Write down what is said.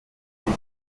sich